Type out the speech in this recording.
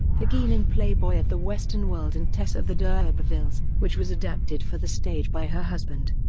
pegeen in playboy of the western world and tess of the d'urbervilles, which was adapted for the stage by her husband.